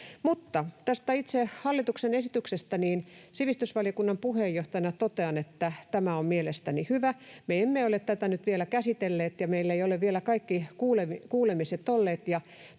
Mutta tästä itse hallituksen esityksestä. Sivistysvaliokunnan puheenjohtajana totean, että tämä on mielestäni hyvä. Me emme ole tätä nyt vielä käsitelleet, meillä ei ole vielä ollut kuulemisia,